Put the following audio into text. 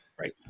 Right